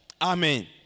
Amen